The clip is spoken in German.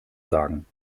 sagen